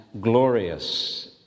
glorious